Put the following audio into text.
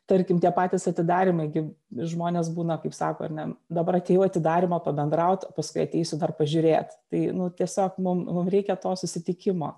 tarkim tie patys atidarymai gi žmonės būna kaip sako ar ne dabar atėjau atidarymą pabendraut o paskui ateisiu dar pažiūrėt tai nu tiesiog mum mum reikia to susitikimo